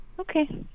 okay